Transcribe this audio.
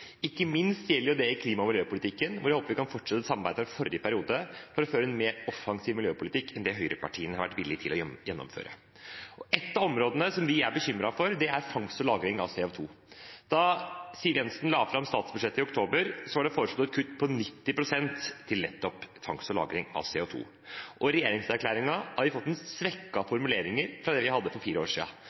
Ikke minst gjelder det i klima- og miljøpolitikken, der jeg håper vi kan fortsette samarbeidet fra forrige periode for å føre en mer offensiv miljøpolitikk enn det høyrepartiene har vært villige til å gjennomføre. Ett av områdene som vi er bekymret for, er fangst og lagring av CO2. Da Siv Jensen la fram statsbudsjettet i oktober, var det foreslått et kutt på 90 pst. til nettopp fangst og lagring av CO2. I regjeringserklæringen har de fått inn svekkede formuleringer i forhold til det de hadde for fire år